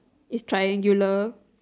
its triangular